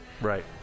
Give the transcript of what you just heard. right